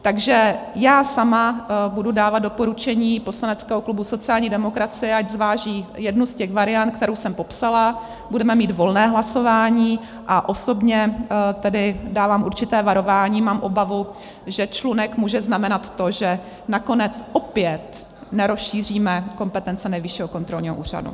Takže já sama budu dávat doporučení poslaneckého klubu sociální demokracie, ať zváží jednu z těch variant, kterou jsem popsala, budeme mít volné hlasování, a osobně tedy dávám určité varování, mám obavu, že člunek může znamenat to, že naopak opět nerozšíříme kompetence Nejvyššího kontrolního úřadu.